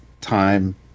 time